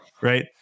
Right